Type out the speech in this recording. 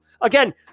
again